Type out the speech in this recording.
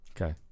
Okay